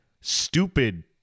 stupid